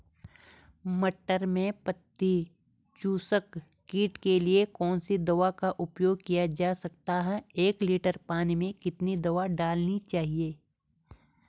मटर में पत्ती चूसक कीट के लिए कौन सी दवा का उपयोग किया जा सकता है एक लीटर पानी में कितनी दवा डालनी है?